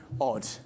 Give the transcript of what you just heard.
odd